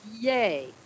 Yay